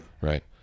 Right